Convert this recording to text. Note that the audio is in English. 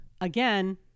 Again